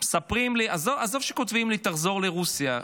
עזוב שכותבים לי "תחזור לרוסיה",